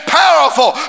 powerful